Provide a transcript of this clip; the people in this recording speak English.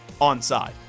onside